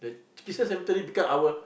kisses cemetery become ours